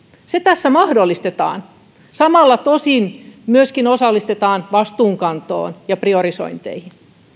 se tässä mahdollistetaan samalla tosin myöskin osallistetaan vastuunkantoon ja priorisointeihin